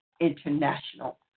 International